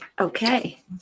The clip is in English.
Okay